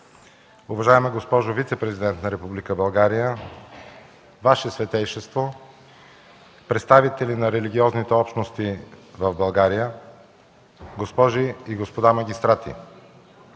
уважаема госпожо вицепрезидент на Република България, Ваше Светейшество, представители на религиозните общности в България, госпожи и господа магистрати,